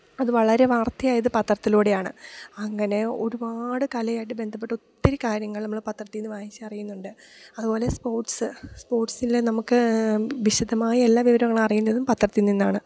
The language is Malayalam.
അത് വളരെ വാർത്തയായത് പത്രത്തിലൂടെയാണ് അങ്ങനെ ഒരുപാട് കലയായിട്ട് ബന്ധപ്പെട്ടൊത്തിരി കാര്യങ്ങൾ നമ്മൾ പത്രത്തീന്ന് വായിച്ച് അറിയുന്നുണ്ട് അതുപോലെ സ്പോർട്സ് സ്പോർട്സിലെ നമുക്ക് വിശദമായ എല്ലാ വിവരങ്ങളും അറിയുന്നതും പത്രത്തിൽ നിന്നാണ്